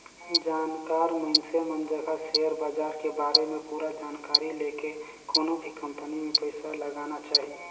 जानकार मइनसे मन जघा सेयर बाजार के बारे में पूरा जानकारी लेके कोनो भी कंपनी मे पइसा लगाना चाही